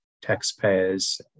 taxpayers